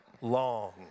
long